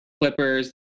Clippers